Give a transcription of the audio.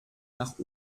nach